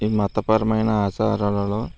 ఈ మతపరమైన ఆచారాలలో